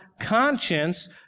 conscience